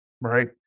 Right